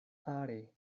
are